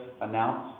announce